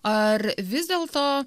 ar vis dėlto